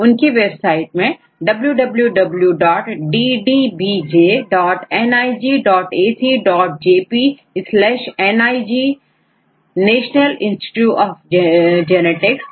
उनकी वेबसाइट हैwwwddbjnigacjpNIG National Institute of genetics